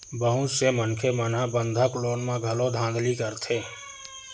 बहुत से मनखे मन ह बंधक लोन म घलो धांधली करथे